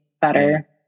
better